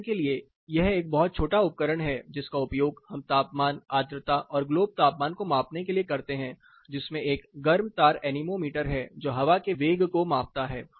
उदाहरण के लिए यह एक बहुत छोटा उपकरण है जिसका उपयोग हम तापमान आर्द्रता और ग्लोब तापमान को मापने के लिए करते हैं जिसमें एक गर्म तार एनेमोमीटर है जो हवा के वेग को मापता है